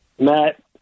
Matt